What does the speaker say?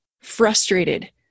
frustrated